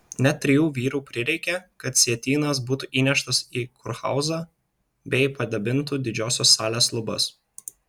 net trijų vyrų prireikė kad sietynas būtų įneštas į kurhauzą bei padabintų didžiosios salės lubas